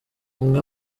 umwe